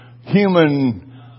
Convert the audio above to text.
human